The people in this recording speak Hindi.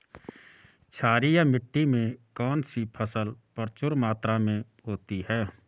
क्षारीय मिट्टी में कौन सी फसल प्रचुर मात्रा में होती है?